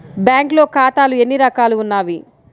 బ్యాంక్లో ఖాతాలు ఎన్ని రకాలు ఉన్నావి?